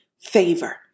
Favor